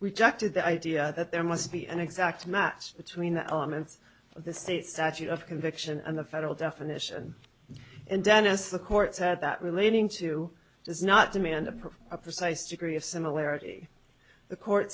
rejected the idea that there must be an exact match between the elements of the state statute of conviction and the federal definition and dennis the court said that relating to does not demand approach a precise degree of similarity the court